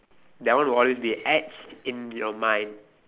that one will always be etched in your mind